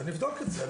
נבדוק את זה.